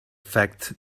fact